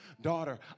daughter